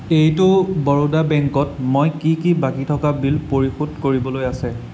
এইটো বৰোদা বেংকত মই কি কি বাকী থকা বিল পৰিশোধ কৰিবলৈ আছে